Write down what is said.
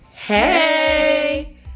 Hey